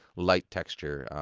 light texture.